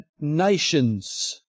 nations